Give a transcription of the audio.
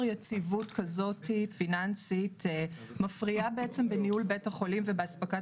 יציבות פיננסי כזה מפריע בניהול בית החולים ובאספקת